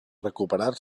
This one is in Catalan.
recuperar